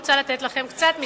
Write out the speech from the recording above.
אני רוצה לתת לכם קצת מספרים.